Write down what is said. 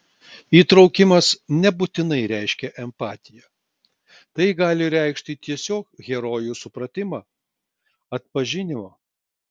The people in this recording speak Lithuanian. įtraukimas nebūtinai reiškia empatiją tai gali reikšti tiesiog herojų supratimą atpažinimą